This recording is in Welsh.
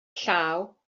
llaw